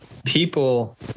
People